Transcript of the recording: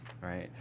right